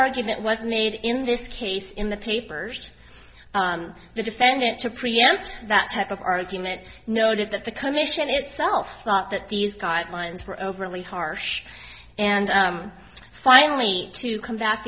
argument was made in this case in the papers the defendant to preempt that type of argument noted that the commission itself thought that these guidelines were overly harsh and finally to come back